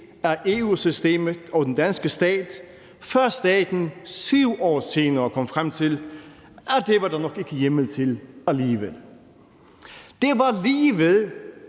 af EU-systemet og den danske stat, før staten 7 år senere kom frem til, at det var der nok ikke hjemmel til alligevel. Det var lige ved,